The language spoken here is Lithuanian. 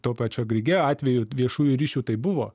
to pačio grigeo atveju viešųjų ryšių tai buvo